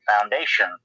foundation